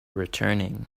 returning